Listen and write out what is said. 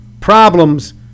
problems